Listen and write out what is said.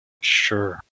Sure